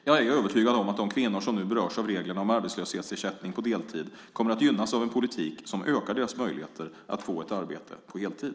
Jag är övertygad om att de kvinnor som nu berörs av reglerna om arbetslöshetsersättning på deltid kommer att gynnas av en politik som ökar deras möjligheter att få ett arbete på heltid.